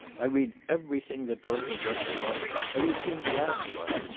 i read everything that bertrand russell writes. have you seen the last one?